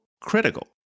critical